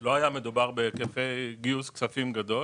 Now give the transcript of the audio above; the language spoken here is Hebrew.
לא היה מדובר בהיקפי גיוס כספים גדול